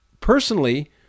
personally